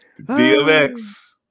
DMX